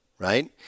right